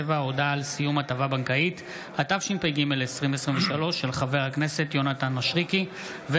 4), התשפ"ג 2023, שהחזירה ועדת העבודה והרווחה.